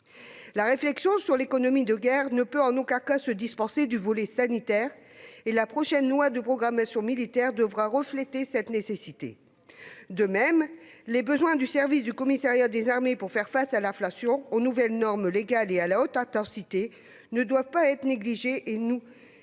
La réflexion sur l'économie de guerre ne peut en aucun cas se dispenser du volet sanitaire : la prochaine LPM devra refléter cette nécessité. De même, les besoins du service du commissariat des armées pour faire face à l'inflation, aux nouvelles normes légales et à la haute intensité ne doivent pas être négligés. Nous